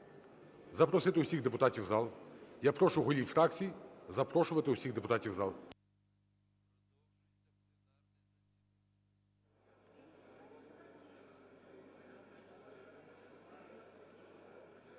запросити всіх депутатів у зал. Я прошу голів фракцій запрошувати всіх депутатів у зал.